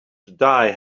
die